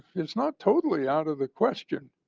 is not totally out of the question,